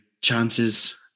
chances